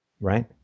Right